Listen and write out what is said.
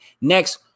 Next